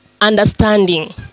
understanding